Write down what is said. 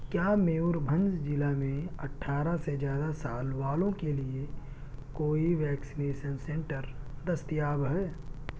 کیا میوربھنج ضلع میں اٹھارہ سے زیادہ سال والوں کے لیے کوئی ویکسینیسن سنٹر دستیاب ہے